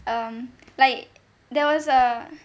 um like there was a